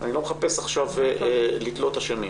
ואני לא מחפש עכשיו לתלות אשמים.